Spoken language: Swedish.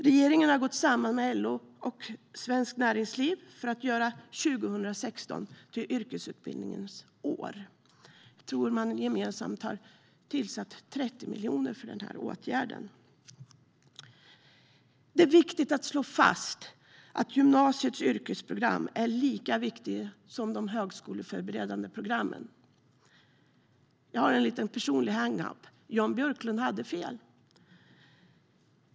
Regeringen har gått samman med LO och Svenskt Näringsliv för att göra 2016 till yrkesutbildningens år. Jag tror att man gemensamt har avsatt 30 miljoner för den åtgärden. Det är viktigt att slå fast att gymnasiets yrkesprogram är lika viktiga som de högskoleförberedande programmen. Jag har en liten personlig hang-up: Jan Björklund hade fel.